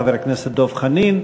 חבר הכנסת דב חנין,